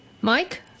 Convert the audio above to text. Mike